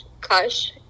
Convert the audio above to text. Kush